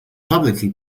publicly